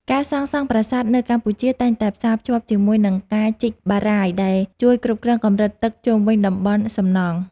ការសាងសង់ប្រាសាទនៅកម្ពុជាតែងតែផ្សារភ្ជាប់ជាមួយនឹងការជីកបារាយណ៍ដែលជួយគ្រប់គ្រងកម្រិតទឹកជុំវិញតំបន់សំណង់។